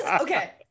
Okay